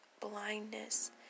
blindness